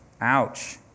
Ouch